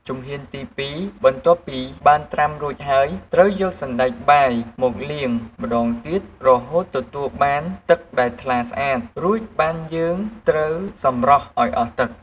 ជំហានទីពីរ បន្ទាប់ពីបានត្រាំរួចហើយ ត្រូវយកសណ្ដែកបាយមកលាងម្ដងទៀតរហូតទទួលបានទឹកដែលថ្លាស្អាត រួចបានយើងត្រូវសម្រោះឱ្យអស់ទឹក។